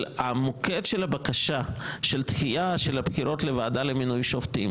אבל המוקד של הבקשה של דחייה של הבחירות לוועדה למינוי שופטים